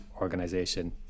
organization